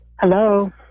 Hello